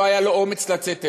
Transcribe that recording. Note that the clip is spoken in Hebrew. לא היה לו אומץ לצאת אליהם,